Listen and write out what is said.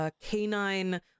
canine